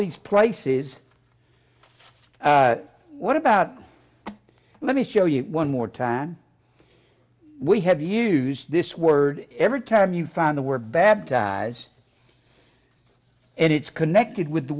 these prices what about let me show you one more time we have used this word every time you found the word baptized and it's connected with the